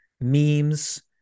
memes